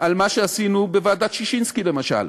על מה שעשינו בוועדת ששינסקי, למשל.